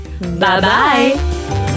Bye-bye